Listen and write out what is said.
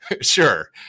sure